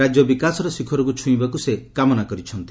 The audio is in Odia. ରାଜ୍ୟ ବିକାଶର ଶିଖରକୁ ଛୁଇଁବାକୁ ସେ କାମନା କରିଛନ୍ତି